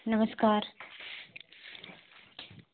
नमस्कार